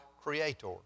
Creator